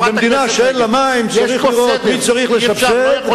במדינה שאין לה מים צריך לראות מי צריך לסבסד,